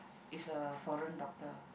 it's a foreign doctor